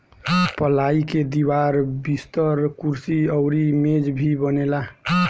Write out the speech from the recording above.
पलाई के दीवार, बिस्तर, कुर्सी अउरी मेज भी बनेला